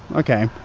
okay,